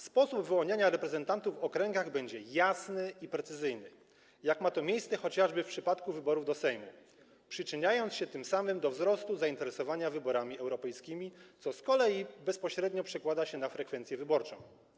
Sposób wyłaniania reprezentantów w okręgach będzie jasny i precyzyjny, jak ma to miejsce chociażby w przypadku wyborów do Sejmu, przyczyniając się tym samym do wzrostu zainteresowania wyborami europejskimi, co z kolei bezpośrednio przekłada się na frekwencję wyborczą.